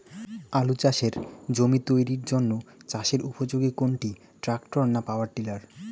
আলু চাষের জমি তৈরির জন্য চাষের উপযোগী কোনটি ট্রাক্টর না পাওয়ার টিলার?